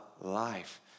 life